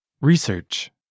Research